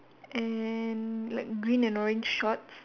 and like green and orange shorts